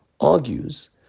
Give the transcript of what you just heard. argues